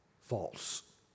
false